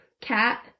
Cat